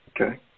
Okay